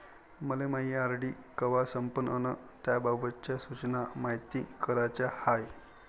मले मायी आर.डी कवा संपन अन त्याबाबतच्या सूचना मायती कराच्या हाय